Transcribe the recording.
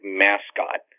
mascot